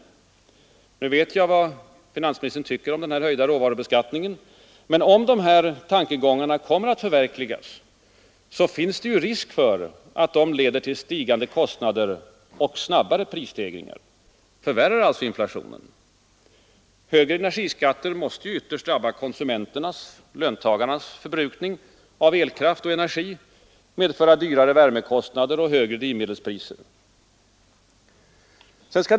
Jag vet vad finansministern tycker om den höjda råvarubeskattningen, och om de här tankegångarna kommer att förverkligas finns det risk för att de leder till stigande kostnader och snabbare prisstegringar — dvs. förvärrar inflationen. Högre energiskatter måste ytterst drabba konsumenternas—löntagarnas förbrukning av elkraft och energi och medföra högre värmekostnader och högre drivmedelspriser. Herr talman!